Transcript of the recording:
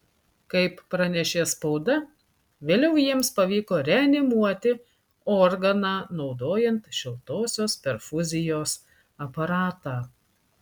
kaip pranešė spauda vėliau jiems pavyko reanimuoti organą naudojant šiltosios perfuzijos aparatą